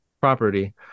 property